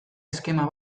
eskema